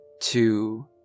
two